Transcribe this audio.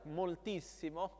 moltissimo